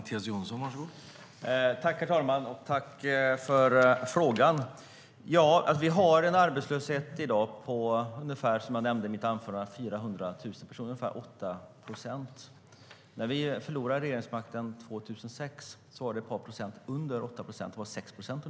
Herr talman! Tack för frågan! Vi har i dag en arbetslöshet på ungefär 400 000 personer, på omkring 8 procent. När vi förlorade regeringsmakten 2006 låg den ett par procent under 8 procent, på ungefär 6 procent.